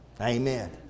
Amen